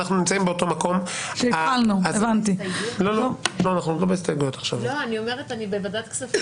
זאת אומרת שהתוכנית עצמה כל כולה מיועדת רק לעזור להורים עצמאים,